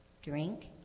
Drink